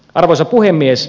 arvoisa puhemies